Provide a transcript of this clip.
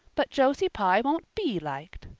but josie pye won't be liked.